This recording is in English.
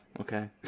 okay